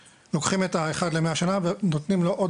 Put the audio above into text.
שלוקחים את האחד ל-100 שנה ונותנים לו עוד